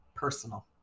personal